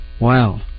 Wow